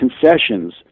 concessions